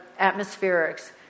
atmospherics